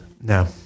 No